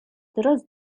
დროს